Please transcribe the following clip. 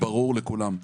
ברור לכולם: